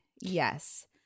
Yes